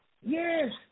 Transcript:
Yes